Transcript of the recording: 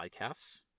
Podcasts